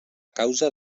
causa